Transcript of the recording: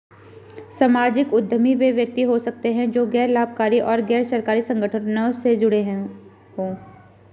सामाजिक उद्यमी वे व्यक्ति हो सकते हैं जो गैर लाभकारी और गैर सरकारी संगठनों से जुड़े हों